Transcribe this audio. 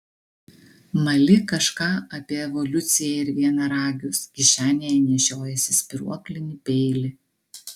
mali kažką apie evoliuciją ir vienaragius kišenėje nešiojiesi spyruoklinį peilį